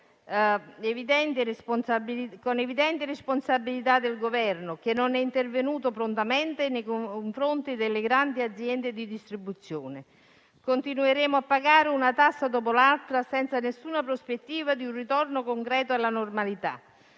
con evidente responsabilità del Governo, che non è intervenuto prontamente nei confronti delle grandi aziende di distribuzione. Continueremo a pagare una tassa dopo l'altra senza alcuna prospettiva di un ritorno concreto alla normalità.